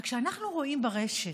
אבל כשאנחנו רואים ברשת,